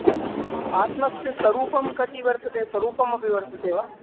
आम् आत्मनः स्वरूपं किं वर्तते स्वरूपमपि वर्तते वा